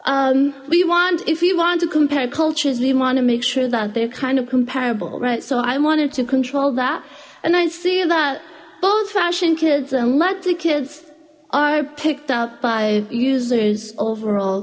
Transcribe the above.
how we want if you want to compare cultures we want to make sure that they're kind of comparable right so i wanted to control that and i see that both fashion kids and let the kids are picked up five users overall